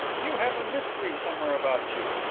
you have a mystery somewhere about you!